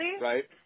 Right